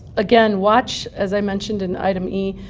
again, watch, as i mentioned in item e,